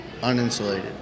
uninsulated